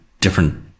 different